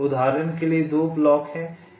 उदाहरण के लिए 2 ब्लॉक हैं